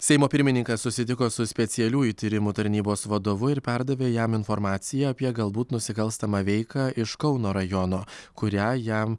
seimo pirmininkas susitiko su specialiųjų tyrimų tarnybos vadovu ir perdavė jam informaciją apie galbūt nusikalstamą veiką iš kauno rajono kurią jam